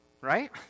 right